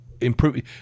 improving